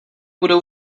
budou